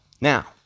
Now